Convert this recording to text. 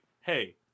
Hey